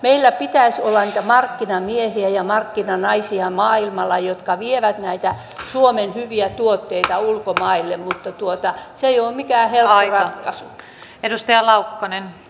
meillä pitäisi olla maailmalla niitä markkinamiehiä ja markkinanaisia jotka vievät näitä suomen hyviä tuotteita ulkomaille mutta se ei ole mikään helppo ratkaisu